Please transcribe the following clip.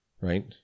Right